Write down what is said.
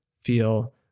feel